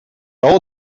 raó